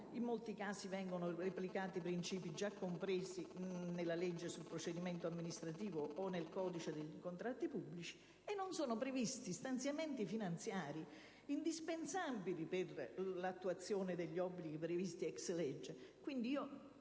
in molti casi vengono replicati principi già compresi nella legge sul procedimento amministrativo o nel codice dei contratti pubblici e non sono previsti stanziamenti finanziari, indispensabili per l'attuazione degli obblighi previsti *ex lege*.